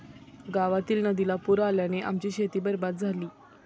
गावातील नदीला पूर आल्याने आमची शेती बरबाद झाली